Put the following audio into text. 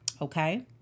Okay